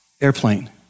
airplane